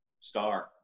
Star